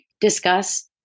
discuss